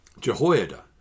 Jehoiada